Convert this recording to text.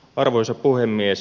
arvoisa puhemies